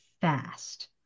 fast